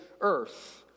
earth